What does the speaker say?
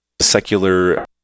secular